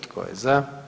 Tko je za?